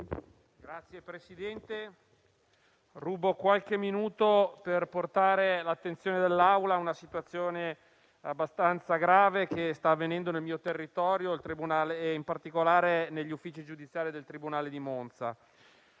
Signor Presidente, intervengo brevemente per portare l'attenzione dell'Assemblea su una situazione abbastanza grave che sta avvenendo nel mio territorio, e in particolare negli uffici giudiziari del tribunale di Monza.